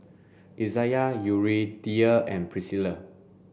Izayah Yuridia and Priscilla